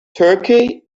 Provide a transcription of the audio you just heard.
turkey